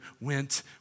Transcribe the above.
went